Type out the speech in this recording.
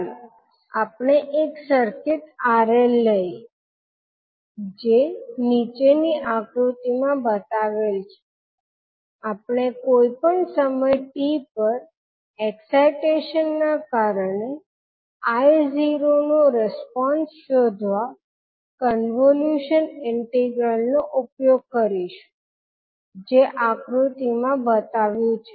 ચાલો આપણે એક RL સર્કીટ લઈએ જે નીચેની આકૃતિમાં બતાવેલ છે આપણે કોઈ પણ સમય t પર એક્સાઈટેશન ના કારણે 𝑖0 નો રિસ્પોન્સ શોધવા કોન્વોલ્યુશન ઇન્ટિગ્રલ નો ઉપયોગ કરીશું જે આકૃતિ માં બતાવ્યું છે